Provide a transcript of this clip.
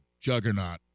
juggernaut